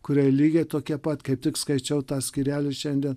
kurie lygiai tokie pat kaip tik skaičiau tą skyrelį šiandien